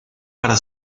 para